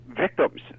victims